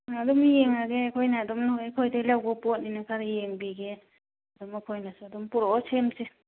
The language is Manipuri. ꯑꯗꯨꯝ ꯌꯦꯡꯂꯒꯦ ꯑꯩꯈꯣꯏꯅ ꯑꯗꯨꯝ ꯅꯣꯏ ꯑꯩꯈꯣꯏꯗꯒꯤ ꯂꯧꯕ ꯄꯣꯠꯅꯤꯅ ꯈꯔ ꯌꯦꯡꯕꯤꯒꯦ ꯑꯗꯨꯝ ꯑꯩꯈꯣꯏꯅꯁꯨ ꯑꯗꯨꯝ ꯄꯨꯔꯛꯑꯣ ꯁꯦꯝꯁꯤ